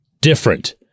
different